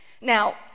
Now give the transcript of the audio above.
Now